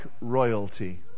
royalty